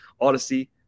Odyssey